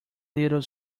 little